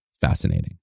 fascinating